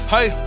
Hey